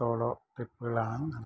solo ട്രിപ്പ്കളാന്ന്